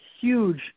huge